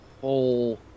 whole